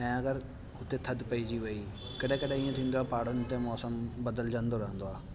ऐं अगरि हुते थधि पइजी वयी कॾहिं कॾहिं ईअं थींदो आहे पहाड़नि ते मौसम बदिलजंदो रहंदो आहे